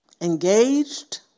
engaged